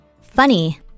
Funny